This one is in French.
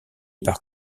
par